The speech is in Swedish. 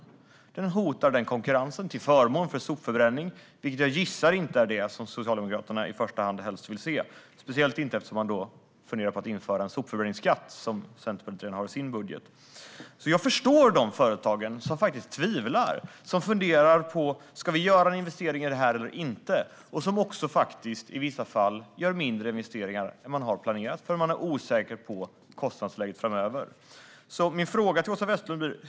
Kilometerskatten hotar den konkurrensen, till förmån för sopförbränning, vilket jag gissar inte är det som Socialdemokraterna helst vill se - speciellt inte eftersom man funderar på att införa en sopförbränningsskatt, som vi i Centerpartiet har med i vår budget. Jag förstår de företag som tvivlar, som funderar på om de ska göra en investering i det här eller inte och som i vissa fall gör mindre investeringar än de har planerat för - eftersom de är osäkra på kostnadsläget framöver.